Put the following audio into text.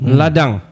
ladang